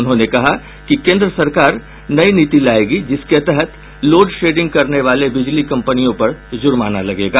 उन्होंने कहा कि केंद्र सरकार नई नीति लायेगी जिसके तहत लोड शेडिंग करने वाले बिजली कंपनियों पर जुर्माना लगेगा